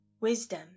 Wisdom